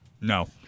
No